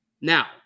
now